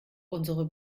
unsere